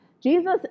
Jesus